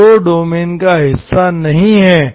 0 domain का हिस्सा नहीं है